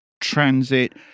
transit